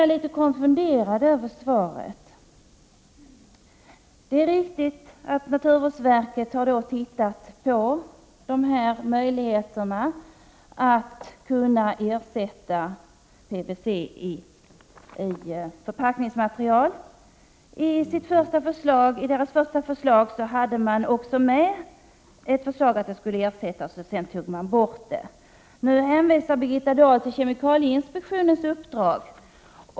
Jag blev något konfunderad över svaret. Det är riktigt att naturvårdsverket undersökt möjligheterna att ersätta PVC i förpackningsmaterial. I sitt första förslag föreslog man också att PVC skulle ersättas, men sedan drogs förslaget tillbaka. Nu hänvisar Birgitta Dahl till kemikalieinspektionens uppdrag.